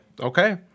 okay